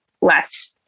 less